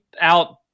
out